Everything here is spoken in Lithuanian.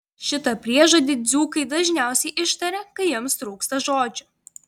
šitą priežodį dzūkai dažniausiai ištaria kai jiems trūksta žodžių